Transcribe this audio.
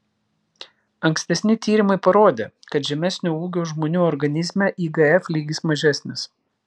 ankstesni tyrimai parodė kad žemesnio ūgio žmonių organizme igf lygis mažesnis